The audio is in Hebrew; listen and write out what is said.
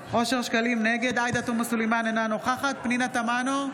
נגד עאידה תומא סלימאן, אינה נוכחת פנינה תמנו,